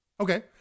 Okay